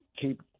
keep